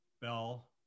Bell